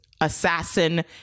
assassin